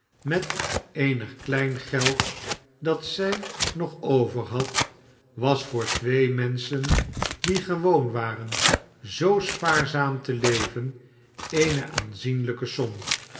met eemg klein geld dat zij nog over had was voor twee m enschen die gewoon waren zoo spaarzaam te leven eene aanzienhjke som